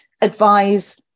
advise